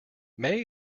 may